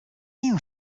you